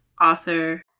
author